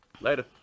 later